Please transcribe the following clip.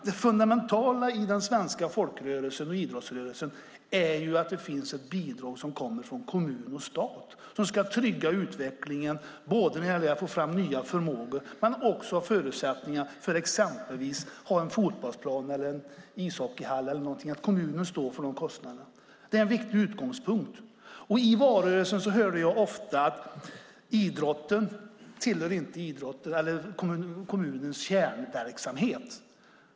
Det fundamentala i den svenska folkrörelsen och idrottsrörelsen är att det finns ett bidrag som kommer från kommun och stat som ska trygga utvecklingen för att få fram nya förmågor och ge förutsättningar för exempelvis en fotbollsplan eller en ishockeyhall, det vill säga kommunen står för de kostnaderna. Det är en viktig utgångspunkt. I valrörelsen hörde jag ofta att idrotten inte tillhör kommunens kärnverksamhet.